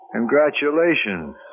Congratulations